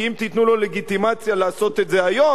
כי אם תיתנו לו לגיטימציה לעשות את זה היום,